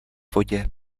vodě